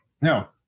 Now